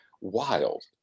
wild